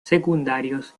secundarios